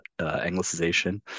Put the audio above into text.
Anglicization